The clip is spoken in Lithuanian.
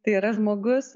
tai yra žmogus